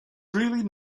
really